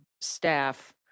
staff